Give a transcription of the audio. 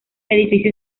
edificio